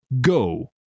go